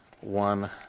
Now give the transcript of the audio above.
one